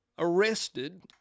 arrested